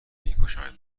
میکشمت